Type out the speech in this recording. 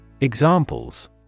Examples